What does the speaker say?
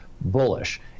bullish